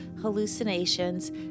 hallucinations